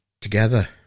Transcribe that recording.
together